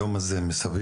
היום הזה מסביב